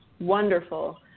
wonderful